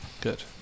Good